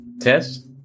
test